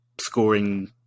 scoring